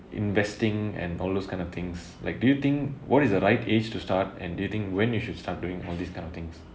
investing and all those kind of things like do you think what is the right age to start and do you think when you should start doing all these kind of things